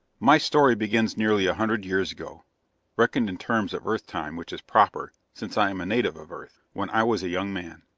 my story begins nearly a hundred years ago reckoned in terms of earth time, which is proper, since i am a native of earth when i was a young man.